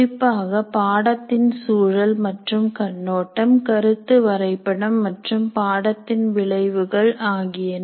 குறிப்பாக பாடத்தின் சூழல் மற்றும் கண்ணோட்டம் கருத்து வரைபடம் மற்றும் பாடத்தின் விளைவுகள் ஆகியன